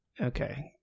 Okay